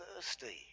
thirsty